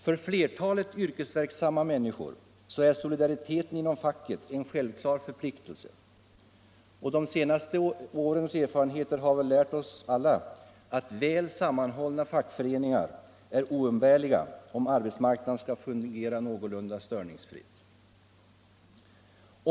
För flertalet yrkesverksamma människor är solidariteten inom facket en självklar förpliktelse. De senaste årens erfarenheter har lärt oss alla att väl sammanhållna fackföreningar är oumbärliga om arbetsmarknaden skall fungera någorlunda störningsfritt.